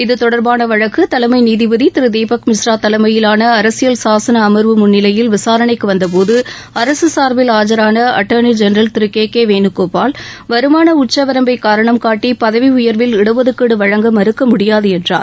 இது தொடர்பான வழக்கு தலைமை நீதிபதி திரு தீபக் மிஸ்ரா தலைமையிலான அரசியல் சாசன அமர்வு முன்னிலையில் விசாரணைக்கு வந்தபோது அரசு சாா்பில் ஆஜரான அட்டா்ளி ஜெனரல் திரு கே கே வேணுகோபால் வருமான உச்சவரம்பை காரணம்காட்டி பதவி உயர்வில் இடஒதுக்கீடு வழங்க மறுக்க முடியாது என்றார்